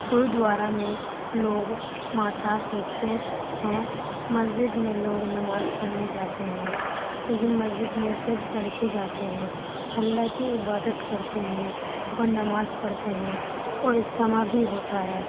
گردوارا میں لوگ ماتھا ٹیکتے ہیں ہیں مسجد میں لوگ نماز پڑھنے جاتے ہیں لیکن مسجد میں صرف لڑکے جاتے ہیں اللہ کی عبادت کرتے ہیں اور نماز پڑھتے ہیں اور اجتماع بھی ہوتا ہے